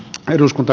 eduskunta